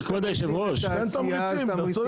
תן תמריצים, הוא צודק.